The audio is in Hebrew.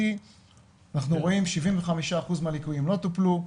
אנחנו רואים ש-75% מהליקויים לא טופלו,